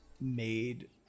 made